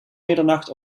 middernacht